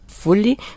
Fully